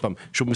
שוב,